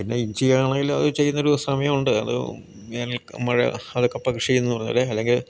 പിന്നെ ഇഞ്ചിയാണെങ്കിൽ അത് ചെയ്യുന്നൊരു സമയമുണ്ട് അത് വേനൽമഴ അത് കപ്പ കൃഷിയെന്നു പറഞ്ഞാൽ അല്ലെങ്കിൽ